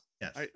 Yes